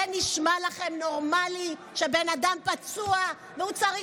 זה נשמע לכם נורמלי שבן אדם פצוע והוא צריך